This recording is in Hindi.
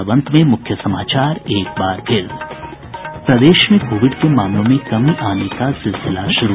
और अब अंत में मुख्य समाचार प्रदेश में कोविड के मामलों में कमी आने का सिलसिला शुरू